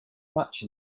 much